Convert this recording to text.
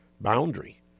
boundary